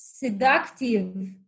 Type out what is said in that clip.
seductive